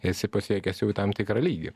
esi pasiekęs tam tikrą lygį